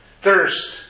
thirst